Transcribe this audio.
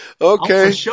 Okay